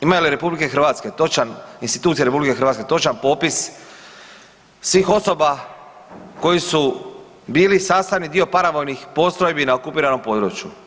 Imaju li RH, institucije RH točan popis svih osoba koji su bili sastavni dio paravojnih postrojbi na okupiranom području?